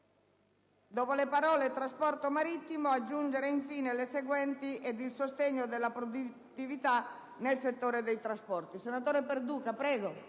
dopo le parole «trasporto marittimo», aggiungere, in fine, le seguenti: «ed il sostegno della produttività nel settore dei trasporti»